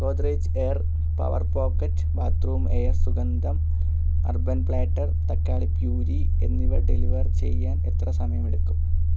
Godrej air power pocket bathroom air സുഗന്ധം urban platter തക്കാളി puree എന്നിവ ഡെലിവർ ചെയ്യാൻ എത്ര സമയമെടുക്കും